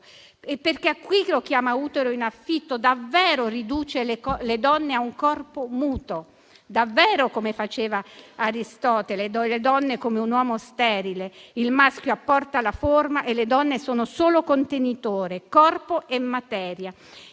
Perché chi lo chiama utero in affitto davvero riduce le donne a un corpo muto, come faceva Aristotele: le donne sono come un uomo sterile; il maschio apporta la forma e le donne sono solo contenitore, corpo e materia.